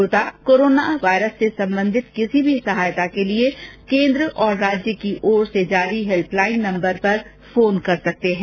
श्रोता corona virus से संबंधित किसी भी सहायता के लिए केन्द्र और राज्य की ओर से जारी हेल्प लाइन नम्बर पर फोन कर सकते हैं